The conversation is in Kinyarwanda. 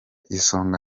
isonga